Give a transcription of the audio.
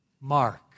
mark